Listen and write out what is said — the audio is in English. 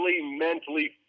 mentally